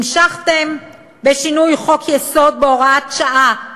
המשכתם בשינוי חוק-יסוד בהוראת שעה,